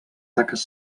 taques